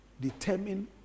determine